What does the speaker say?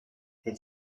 elle